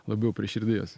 labiau prie širdies